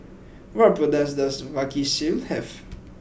what products does Vagisil have